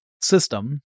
system